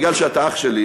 מכיוון שאתה אח שלי,